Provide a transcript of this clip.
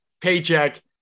paycheck